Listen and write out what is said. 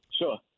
Sure